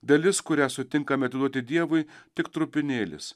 dalis kurią sutinkame atiduoti dievui tik trupinėlis